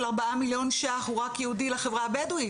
4 מיליון ₪ הוא רק ייעודי לחברה הבדואית,